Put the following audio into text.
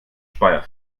speyer